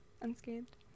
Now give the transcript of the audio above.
Unscathed